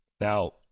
Now